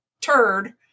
turd